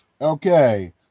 Okay